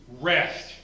rest